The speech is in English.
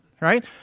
right